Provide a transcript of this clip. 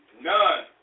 none